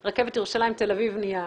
רכבת ירושלים-תל-אביב נהיה,